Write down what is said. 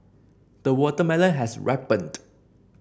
the watermelon has ripened